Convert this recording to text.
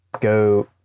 go